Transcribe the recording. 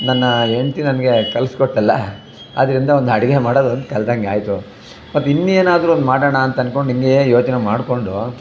ನನ್ನ ಹೆಂಡ್ತಿ ನನಗೆ ಕಲ್ಸ್ಕೊಟ್ಲಲ್ಲ ಅದರಿಂದ ಒಂದು ಅಡಿಗೆ ಮಾಡೋದೊಂದು ಕಲ್ತಂಗಾಯ್ತು ಮತ್ತೆ ಇನ್ನೇನ್ನಾದರೂ ಒಂದು ಮಾಡೋಣ ಅಂತ ಅನ್ಕೊಂಡು ಹಿಂಗೇ ಯೋಚನೆ ಮಾಡಿಕೊಂಡು